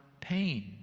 pain